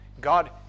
God